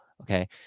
Okay